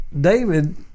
David